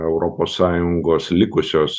europos sąjungos likusios